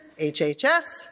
HHS